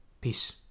Peace